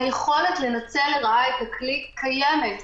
היכולת לנצל לרעה את הכלי קיימת.